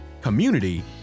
community